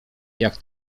jak